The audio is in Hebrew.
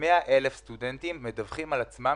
כ-100,000 סטודנטים מדווחים על עצמם